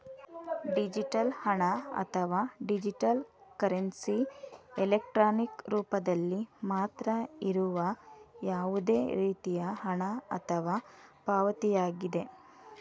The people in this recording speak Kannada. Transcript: ಡಿಜಿಟಲ್ ಹಣ, ಅಥವಾ ಡಿಜಿಟಲ್ ಕರೆನ್ಸಿ, ಎಲೆಕ್ಟ್ರಾನಿಕ್ ರೂಪದಲ್ಲಿ ಮಾತ್ರ ಇರುವ ಯಾವುದೇ ರೇತಿಯ ಹಣ ಅಥವಾ ಪಾವತಿಯಾಗಿದೆ